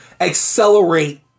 accelerate